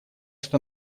что